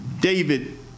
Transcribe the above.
David